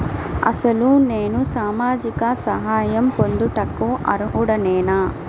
అసలు నేను సామాజిక సహాయం పొందుటకు అర్హుడనేన?